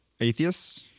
atheists